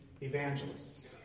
evangelists